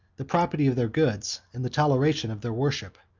the property of their goods, and the toleration of their worship.